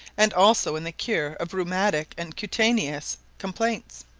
and also in the cure of rheumatic, and cutaneous complaints.